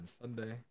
Sunday